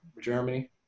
Germany